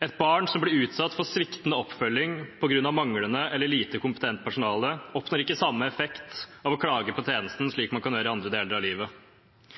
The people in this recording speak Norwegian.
Et barn som blir utsatt for sviktende oppfølging på grunn av manglende eller lite kompetent personale, oppnår ikke samme effekt av å klage på tjenesten som man kan gjøre i andre deler av livet.